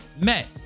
met